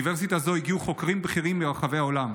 לאוניברסיטה זו הגיעו חוקרים בכירים מרחבי העולם.